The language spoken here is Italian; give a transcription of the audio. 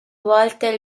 volta